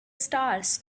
stars